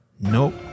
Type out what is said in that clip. Nope